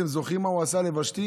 אתם זוכרים מה הוא עשה לוושתי?